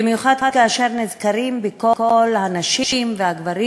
במיוחד כאשר נזכרים בכל הנשים והגברים